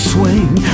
Swing